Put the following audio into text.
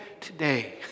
today